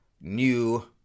new